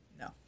No